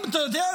אתה יודע,